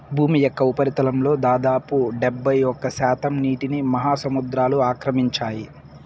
భూమి యొక్క ఉపరితలంలో దాదాపు డెబ్బైఒక్క శాతం నీటిని మహాసముద్రాలు ఆక్రమించాయి